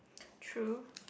true